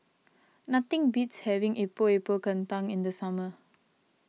nothing beats having Epok Epok Kentang in the summer